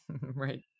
Right